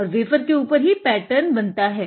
और वेफर के उपर ही पैटर्न बनता है